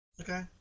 Okay